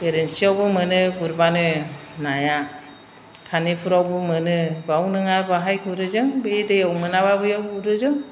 बेरेन्सियावबो मोनो गुरब्लानो नाया खानिफुरावबो मोनो बाव नङा बाहाय गुरो जों बे दैयाव मोनाब्ला बैयाव गुरो जों